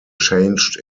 changed